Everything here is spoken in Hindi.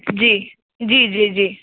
जी जी जी जी